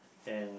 and